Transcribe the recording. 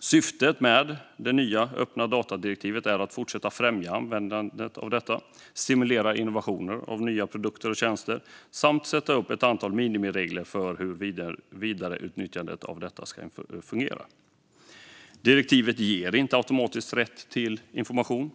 Syftet med det nya öppna data-direktivet är att fortsätta främja användningen av öppna data, stimulera innovation inom produkter och tjänster samt ställa upp ett antal minimiregler för hur vidareutnyttjandet ska fungera. Direktivet ger inte automatiskt rätt till tillgång till information.